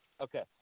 Okay